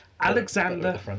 Alexander